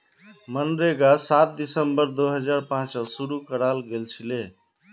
मनरेगा सात दिसंबर दो हजार पांचत शूरू कराल गेलछिले